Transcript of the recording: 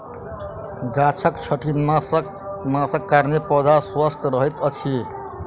गाछक छटनीक कारणेँ पौधा स्वस्थ रहैत अछि